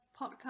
podcast